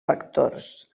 factors